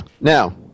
Now